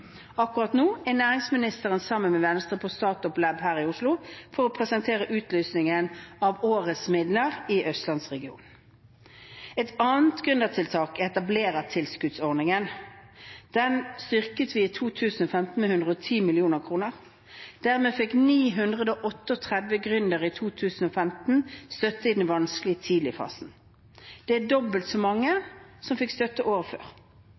Akkurat nå er næringsministeren sammen med Venstre på StartupLab her i Oslo for å presentere utlysningen av årets midler i østlandsregionen. Et annet gründertiltak er etablerertilskuddsordningen. Den styrket vi i 2015 med 110 mill. kr. Dermed fikk 938 gründere i 2015 støtte i den vanskelige tidligfasen. Det er dobbelt så mange som året før.